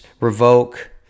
Revoke